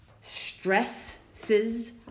stresses